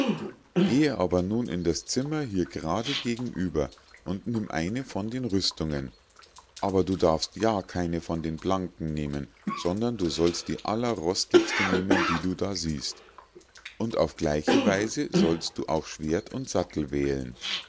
gehe aber nun in das zimmer hier grade gegenüber und nimm eine von den rüstungen aber du darfst ja keine von den blanken nehmen sondern du sollst die allerrostigste nehmen die du da siehst und auf gleiche weise sollst du auch schwert und sattel wählen